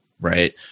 right